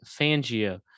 Fangio